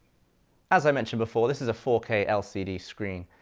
as i mentioned before, this is a four k lcd screen,